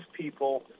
people